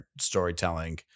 storytelling